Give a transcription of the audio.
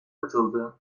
katıldı